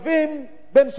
שווים בין שווים.